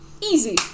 Easy